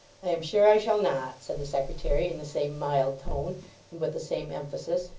i am sure i shall not said the secretary in the same mild tone, and with the same emphasis.